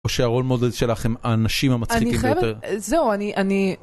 או שהרולמודז שלכם, האנשים המצחיקים ביותר. אני חייבת.. זהו, אני ...